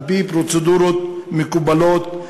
על-פי פרוצדורות מקובלות,